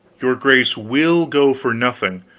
your grace will go for nothing,